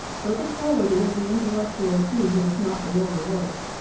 though the quality of the intellectual seed must not be overlooked.